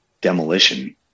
demolition